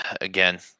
again